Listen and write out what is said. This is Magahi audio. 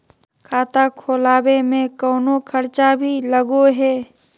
खाता खोलावे में कौनो खर्चा भी लगो है?